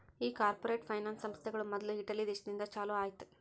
ಈ corporate finance ಸಂಸ್ಥೆಗಳು ಮೊದ್ಲು ಇಟಲಿ ದೇಶದಿಂದ ಚಾಲೂ ಆಯ್ತ್